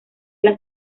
las